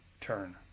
turn